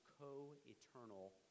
co-eternal